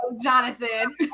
Jonathan